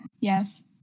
Yes